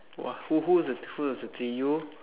!wah! who who was who was the three you